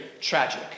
tragic